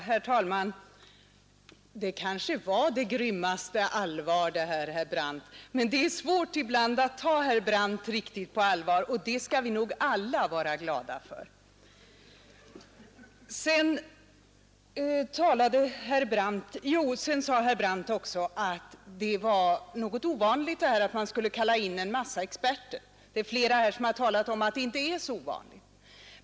Herr talman! Det kanske var det grymmaste allvar det här, herr Brandt, men det är svårt ibland att ta herr Brandt riktigt på allvar, och det skall vi nog alla vara glada för. Herr Brandt sade också att det var något ovanligt att man skulle kalla in en massa experter. Det är flera här som har talat om att det inte är så ovanligt.